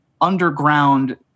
underground